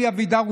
אלי אבידר,